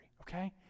okay